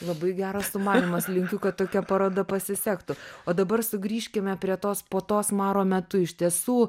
labai geras sumanymas linkiu kad tokia paroda pasisektų o dabar sugrįžkime prie tos puotos maro metu iš tiesų